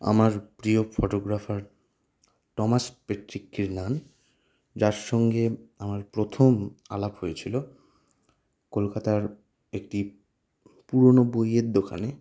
আমার প্রিয় photographer Thomas Patrick Kernan যার সঙ্গে আমার প্রথম আলাপ হয়েছিল কলকাতার একটি পুরনো বইয়ের দোকানে